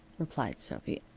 replied sophy.